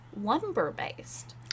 lumber-based